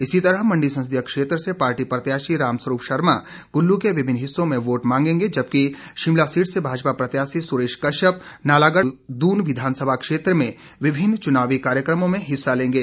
इसी तरह मंडी ससंदीय क्षेत्र से पार्टी प्रत्याशी रामस्वरूप शर्मा कुल्लू के विभिन्न हिस्सों में वोट मांगेंगे जबकि शिमला सीट से भाजपा प्रत्याशी सुरेश कश्यप नालागढ़ व दून विधानसभा क्षेत्र में विभिन्न चुनावी कार्यक्रमों में हिस्सा लेंगे